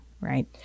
right